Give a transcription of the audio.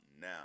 now